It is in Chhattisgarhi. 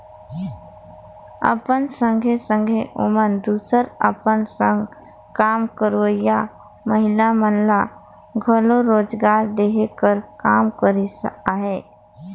अपन संघे संघे ओमन दूसर अपन संग काम करोइया महिला मन ल घलो रोजगार देहे कर काम करिस अहे